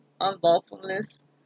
unlawfulness